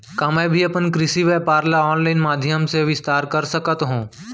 का मैं भी अपन कृषि व्यापार ल ऑनलाइन माधयम से विस्तार कर सकत हो?